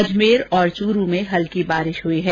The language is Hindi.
अजमेर और चूरु में हल्की बारिश हुई है